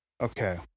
Okay